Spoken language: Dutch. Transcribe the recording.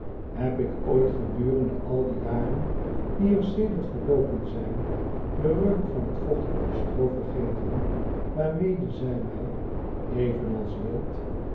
heb ik ooit gedurende al de jaren die er sedert verloopen zijn den reuk van t vochtige stroo vergeten waarmede zy mij evenals wild